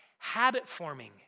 Habit-forming